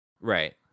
Right